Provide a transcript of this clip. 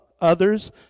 others